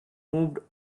moved